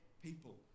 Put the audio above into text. People